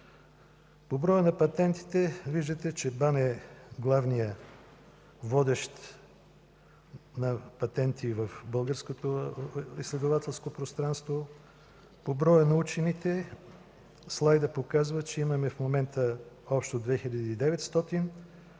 По броя на патентите (показва слайд) – виждате, че БАН е главният водещ на патенти в българското изследователско пространство. По броя на учените слайдът показва, че имаме в момента общо 2900.